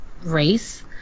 race